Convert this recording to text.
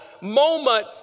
moment